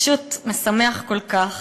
פשוט משמח כל כך.